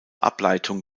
ableitung